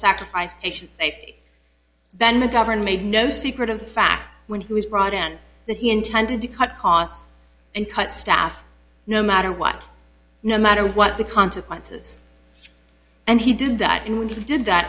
sacrifice ben mcgovern made no secret of the fact when he was brought in that he intended to cut costs and cut staff no matter what no matter what the consequences and he did that and when he did that